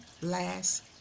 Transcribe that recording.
last